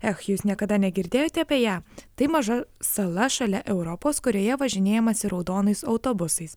ech jūs niekada negirdėjote apie ją tai maža sala šalia europos kurioje važinėjamasi raudonais autobusais